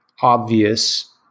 obvious